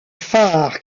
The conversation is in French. phare